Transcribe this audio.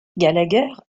gallagher